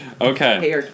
Okay